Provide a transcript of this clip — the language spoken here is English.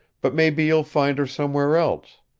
but maybe you'll find her somewhere else.